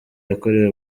yakorewe